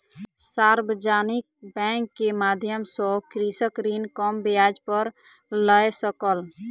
सार्वजानिक बैंक के माध्यम सॅ कृषक ऋण कम ब्याज पर लय सकल